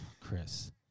Chris